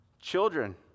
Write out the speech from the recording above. Children